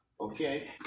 okay